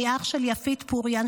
אני אח של יפית פוריאן,